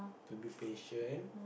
to be patient